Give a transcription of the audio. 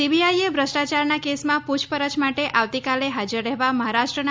સીબીઆઈએ ભ્રષ્ટાચારના કેસમાં પૂછપરછ માટે આવતીકાલે હાજર રહેવા મહારાષ્ટ્રના